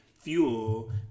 fuel